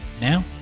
Now